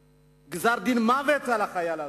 גזר-דין מוות על החייל הזה,